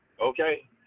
Okay